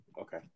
okay